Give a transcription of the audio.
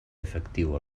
efectiu